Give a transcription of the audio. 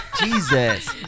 Jesus